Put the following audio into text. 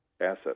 asset